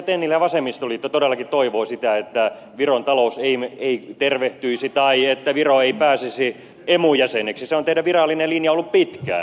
tennilä vasemmistoliitto todellakin toivoo sitä että viron talous ei tervehtyisi tai että viro ei pääsisi emun jäseneksi se on teidän virallinen linjanne ollut pitkään